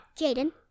Jaden